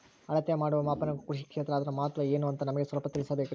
ಅಳತೆ ಮಾಡುವ ಮಾಪನಗಳು ಕೃಷಿ ಕ್ಷೇತ್ರ ಅದರ ಮಹತ್ವ ಏನು ಅಂತ ನಮಗೆ ಸ್ವಲ್ಪ ತಿಳಿಸಬೇಕ್ರಿ?